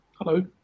Hello